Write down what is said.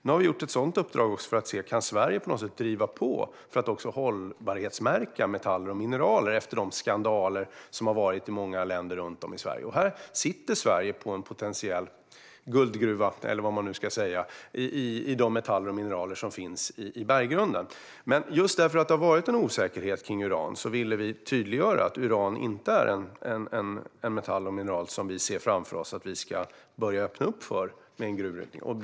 Nu har vi gett ett sådant uppdrag för att se om Sverige på något sätt kan driva på för att också hållbarhetsmärka metaller och mineraler efter de skandaler som ägt rum i många länder. Sverige sitter på en potentiell guldgruva, eller vad man nu ska säga, med de metaller och mineraler som finns i berggrunden. Men just eftersom det har varit en osäkerhet kring uran ville vi tydliggöra att uran inte är en metall som vi ser framför oss att vi ska börja öppna för gruvbrytning av.